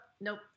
nope